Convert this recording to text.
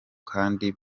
kandi